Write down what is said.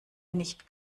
nicht